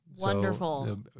wonderful